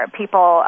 people